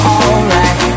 alright